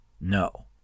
No